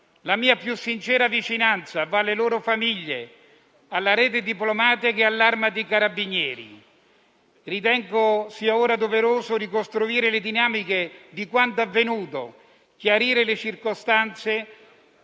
La mia più sincera vicinanza va alle loro famiglie, alla rete diplomatica e all'Arma dei carabinieri. Ritengo sia ora doveroso ricostruire le dinamiche di quanto avvenuto e chiarire le circostanze